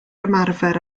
ymarfer